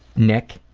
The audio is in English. nic.